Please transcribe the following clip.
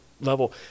level